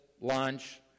lunch